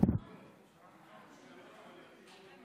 אדוני היושב-ראש,